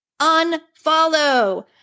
Unfollow